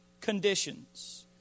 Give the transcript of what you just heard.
conditions